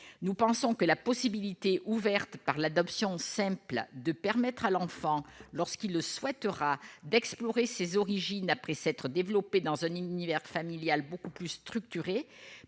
nous pensons que la possibilité ouverte par l'adoption simple de permettre à l'enfant lorsqu'il le souhaitera, d'explorer ses origines après s'être développé dans un univers familial beaucoup plus structuré,